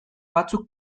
batzuk